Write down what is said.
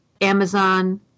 Amazon